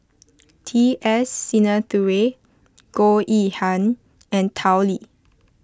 T S Sinnathuray Goh Yihan and Tao Li